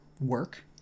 work